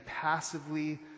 passively